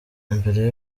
mbere